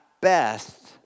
best